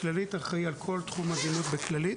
כללית אני אחראי על כל תחום הדימות בכללית.